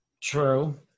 True